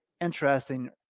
interesting